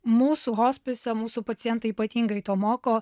mūsų hospise mūsų pacientai ypatingai to moko